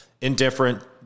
Indifferent